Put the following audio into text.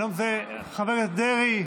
חבר הכנסת דרעי,